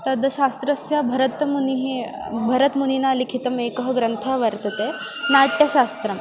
तस्य शास्त्रस्य भरतमुनिः भरतमुनिना लिखितः एकः ग्रन्थः वर्तते नाट्यशास्त्रं